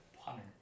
punter